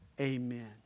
Amen